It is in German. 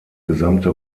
gesamte